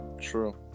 true